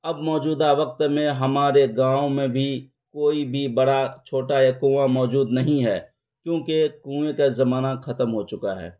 اب موجودہ وقت میں ہمارے گاؤں میں بھی کوئی بھی بڑا چھوٹا یا کنواں موجود نہیں ہے کیونکہ کنویں کا زمانہ ختم ہو چکا ہے